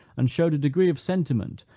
and showed a degree of sentiment,